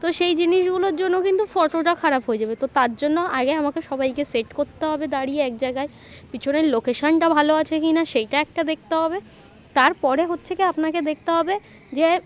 তো সেই জিনিসগুলোর জন্য কিন্তু ফটোটা খারাপ হয়ে যাবে তো তার জন্য আগে আমাকে সবাইকে সেট করতে হবে দাঁড়িয়ে এক জায়গায় পিছনের লোকেশনটা ভালো আছে কি না সেইটা একটা দেখতে হবে তার পরে হচ্ছে কি আপনাকে দেখতে হবে যে